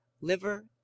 Liver